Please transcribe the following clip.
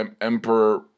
Emperor